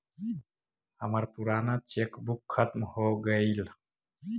हमर पूराना cheque book खत्म हो गईल